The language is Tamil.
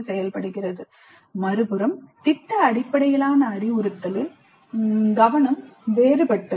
மறுபுறம் திட்ட அடிப்படையிலான அறிவுறுத்தலில் கவனம் வேறுபட்டது